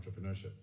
entrepreneurship